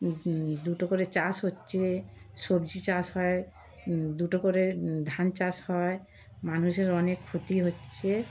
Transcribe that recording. দুটো করে চাষ হচ্ছে সবজি চাষ হয় দুটো করে ধান চাষ হয় মানুষের অনেক ক্ষতি হচ্ছে